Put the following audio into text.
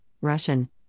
Russian